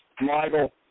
Michael